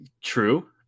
True